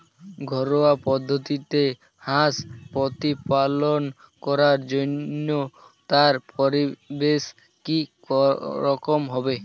ঘরোয়া পদ্ধতিতে হাঁস প্রতিপালন করার জন্য তার পরিবেশ কী রকম হবে?